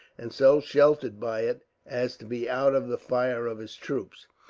and so sheltered by it as to be out of the fire of his troops.